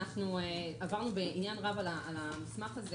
עברנו בעניין רב על המסמך הזה